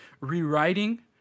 Rewriting